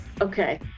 Okay